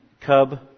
cub